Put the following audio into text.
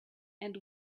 and